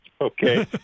okay